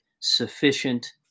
sufficient